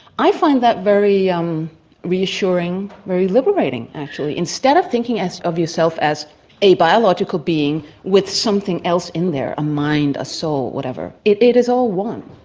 i find that very um reassuring, very liberating actually. instead of thinking of yourself as a biological being with something else in there, a mind, a soul, whatever, it it is all one.